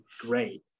great